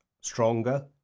stronger